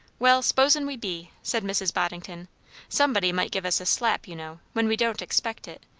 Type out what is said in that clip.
well, suppos'n we be, said mrs. boddington somebody might give us a slap, you know, when we don't expect it,